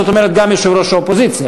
זאת אומרת גם יושב-ראש האופוזיציה,